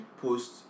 post